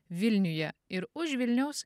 vilniuje ir už vilniaus